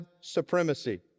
supremacy